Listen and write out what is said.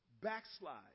backslide